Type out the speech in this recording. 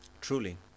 truly